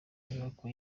nyubako